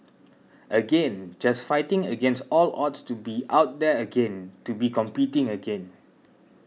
again just fighting against all odds to be out there again to be competing again